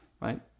right